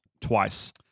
twice